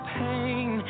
pain